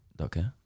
okay